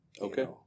Okay